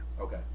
Okay